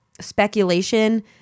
speculation